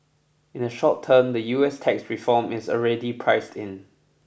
in the short term the U S tax reform is already priced in